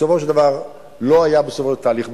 בסופו של דבר לא היה בסופו תהליך ברוך,